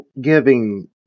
giving